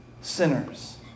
sinners